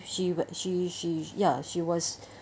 she was she she ya she was